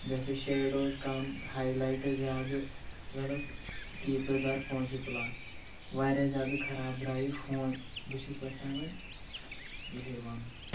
بیٚیہِ سۄ شیڈ اوس کَم ہایلایٹ زیادٕ زَن اوس کیٖپیڈ دار فون سۭتۍ تُلان واریاہ زیادٕ خراب درٛاو یہِ فون بہٕ چھُس یَژھان وۄنۍ یِہوٚے وَنُن